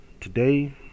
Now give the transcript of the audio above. today